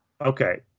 okay